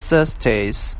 thirties